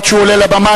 עד שהוא עולה לבמה,